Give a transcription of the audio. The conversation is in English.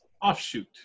offshoot